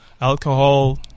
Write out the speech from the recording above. alcohol